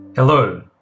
Hello